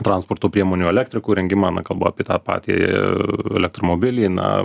transporto priemonių elektrikų rengimą na kalbu apie tą patį elektromobilį na